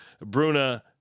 Bruna